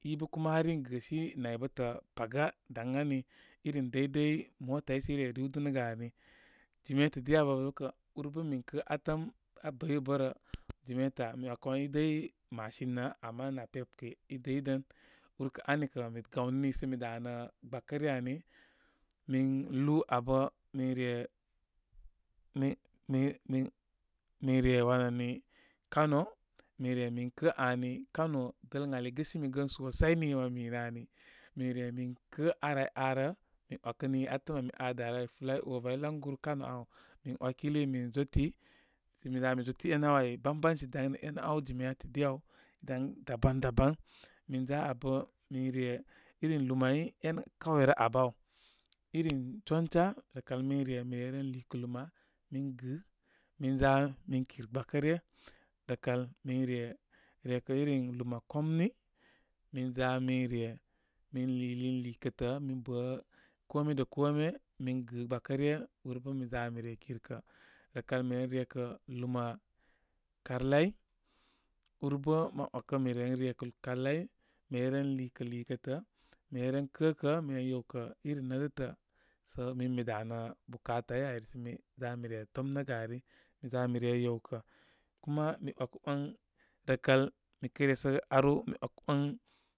Ibə kuma ha in gəsi nay baytə paga daŋ ən ani, irim dəydəy motai sə ire riwdəm gə ani. Jimeta di abə kə ur bə niŋkə atəm abəy bə bərə. Jimeta mi wakə wan i dəy machine nə ama napep. kə idəydən. Urkə ani kə mən gawni sə mi damə gbakə ryə ani. Min lúú abə min re, min mi, min min re wani kawo, min re min kə aani. Kano dələn ali gəsimigən sosai nú mə minə ani. Miŋre min kə ar áy aa rə. Mi ‘wakə ni atəm ami aa danə fly over layguru. Kano aa aw min ‘wakili min zoti sə mi zami zoti énə áw áy. Bambamsi daŋ nə énə áw jimeta di aw daŋ daban daban. Min za abə min re min humai en kauye nə abə áw. Irin choncha rəkal min re mi ren lukə lumá mingɨ. Min za min kir gbakə ryər rəkal min re rekə iri hema komni min za min re min liilún liikə tə min bə kome da komé min gɨ gbəkə ryə. Úrbə mi za mi re kirkə. Rəkal mi ren rekə luma karlai, úr bə ma ‘wakə mi ren rekə karlai mi reren lúkə liikətə. Mi reren kəkə. Mi ren yewkə. Mi reren kəkə. Mi ren yewkə iri nétətə sə min mi danə bukatai ari sə mi za mi re tomnəgə ari. Miza mi re ywekə. Kuma mi ‘wekə ‘wan, rəkal mi kə resəgə aru mi ‘wakə ‘wan.